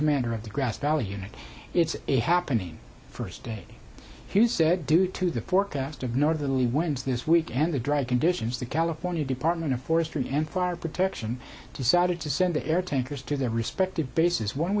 commander of the grass valley unit it's a happening first day he said due to the forecast of northerly winds this weekend the dry conditions the california department of forestry and fire protection decided to send the air tankers to their respective bases one